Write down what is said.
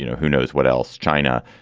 you know who knows what else, china,